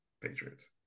Patriots